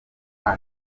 aho